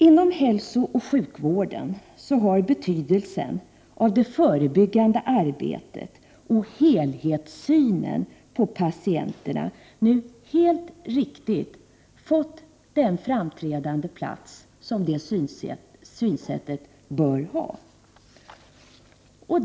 Inom hälsooch sjukvården har betydelsen av det förebyggande arbetet och helhetssynen på patienterna nu helt riktigt fått den framträdande plats som det synsättet bör ha.